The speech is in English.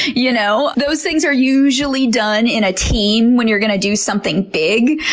you know those things are usually done in a team when you're going to do something big.